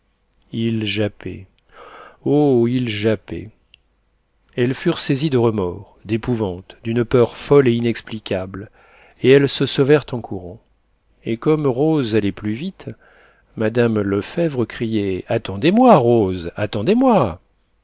il jappait oh il jappait elles furent saisies de remords d'épouvante d'une peur folle et inexplicable et elles se sauvèrent en courant et comme rose allait plus vite mme lefèvre criait attendez-moi rose attendez-moi